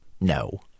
No